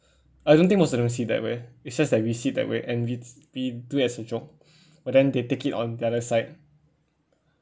I don't think most of them see that way it's just that we see that way and we we do it as a joke but then they take it on the other side